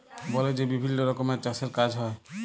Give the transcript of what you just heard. বলে যে বিভিল্ল্য রকমের চাষের কাজ হ্যয়